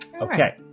Okay